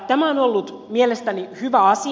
tämä on ollut mielestäni hyvä asia